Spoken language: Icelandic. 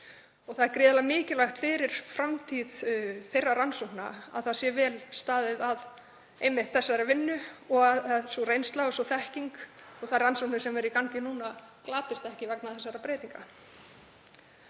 Það er gríðarlega mikilvægt fyrir framtíð þeirra rannsókna að vel sé staðið að einmitt þessari vinnu og að sú reynsla og þekking og þær rannsóknir sem eru í gangi núna glatist ekki vegna þessara breytinga.